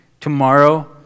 tomorrow